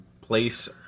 place